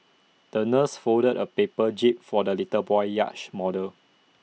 the nurse folded A paper jib for the little boy's yacht model